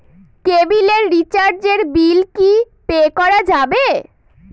কেবিলের রিচার্জের বিল কি পে করা যাবে?